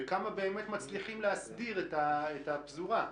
וכמה באמת מצליחים להסדיר את הפזורה.